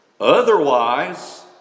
Otherwise